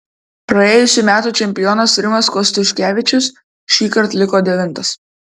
praėjusių metų čempionas rimas kostiuškevičius šįkart liko tik devintas